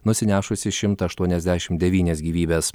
nusinešusi šimtą aštuoniasdešim devynias gyvybes